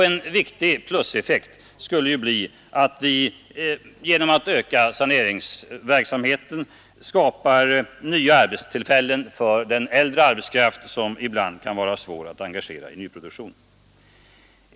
En viktig pluseffekt skulle ju bli att vi genom att öka saneringsverksamheten skapade nya arbetstillfällen för den äldre arbetskraft som ibland kan vara svår att engagera i nyproduktion.